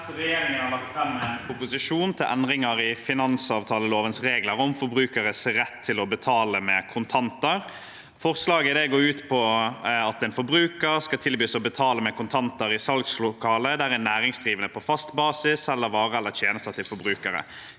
Regjeringen har lagt fram en proposisjon til endringer i finansavtalelovens regler om forbrukeres rett til å betale med kontanter. Forslaget går ut på at en forbruker skal tilbys å betale med kontanter i salgslokale der en næringsdrivende på fast basis selger varer eller tjenester til forbrukere,